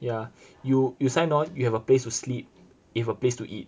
yeah you you sign on you have a place to sleep you have a place to eat